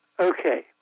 Okay